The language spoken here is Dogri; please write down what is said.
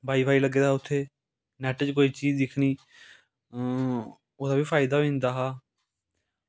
बाई फाई लग्गे दा उत्थें नेट दी कोई चीज़ दिक्खी ओह्दा बी फायदा होई जंदा हा